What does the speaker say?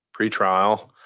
pretrial